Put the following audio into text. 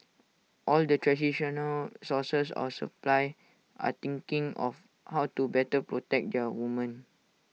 all the traditional sources of supply are thinking of how to better protect their women